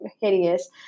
hideous